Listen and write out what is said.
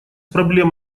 проблем